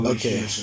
Okay